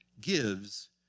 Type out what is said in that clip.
gives